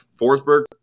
Forsberg